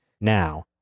Now